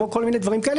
כמו כל מיני דברים כאלה,